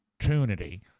opportunity